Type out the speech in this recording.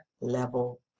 level